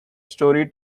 storey